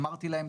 אמרתי להם,